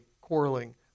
quarreling